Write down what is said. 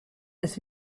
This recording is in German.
das